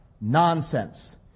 Nonsense